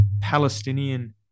palestinian